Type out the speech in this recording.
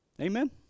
Amen